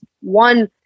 one